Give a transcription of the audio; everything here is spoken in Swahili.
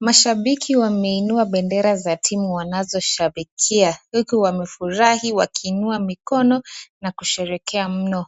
Mashabiki wameinua bendera za timu wanazoshabikia, huku wamefurahi wakiinua mikono na kusherekea mno.